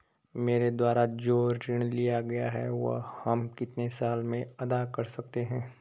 मेरे द्वारा जो ऋण लिया गया है वह हम कितने साल में अदा कर सकते हैं?